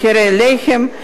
מחירי הלחם,